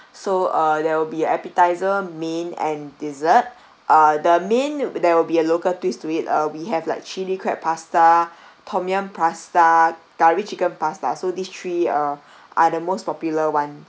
so uh there will be appetiser main and dessert uh the main there will be a local twist to it uh we have like chili crab pasta tom yum pasta curry chicken pasta so these three uh are the most popular [one]